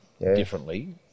differently